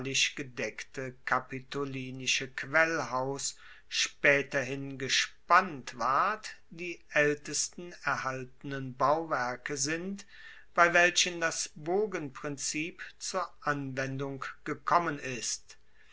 gedeckte kapitolinische quellhaus spaeterhin gespannt ward die aeltesten erhaltenen bauwerke sind bei welchen das bogenprinzip zur anwendung gekommen ist